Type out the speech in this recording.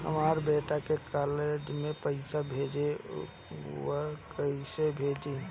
हमर बेटा के कॉलेज में पैसा भेजे के बा कइसे भेजी?